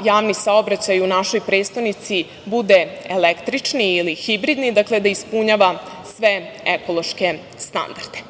sav javni saobraćaj u našoj prestonici bude električni ili hibridni, dakle, da ispunjava sve ekološke standarde.